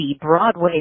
Broadway